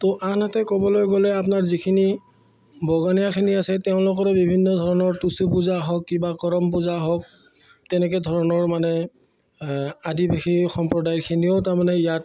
তো আনহাতে ক'বলৈ গ'লে আপোনাৰ যিখিনি বাগানীয়াখিনি আছে তেওঁলোকৰ বিভিন্ন ধৰণৰ টুচু পূজা হওক কিবা কৰম পূজা হওক তেনেকৈ ধৰণৰ মানে আদিবাসী সম্প্ৰদায়খিনিও তাৰমানে ইয়াত